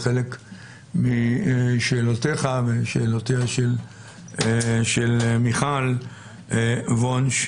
לחלק משאלותיך ושאלותיה של מיכל וונש,